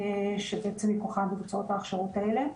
שבעצם מכוחה מבוצעות את ההכשרות האלה.